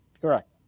Correct